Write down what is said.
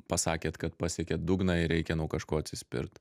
pasakėt kad pasiekėt dugną ir reikia nuo kažko atsispirt